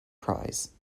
prize